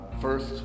first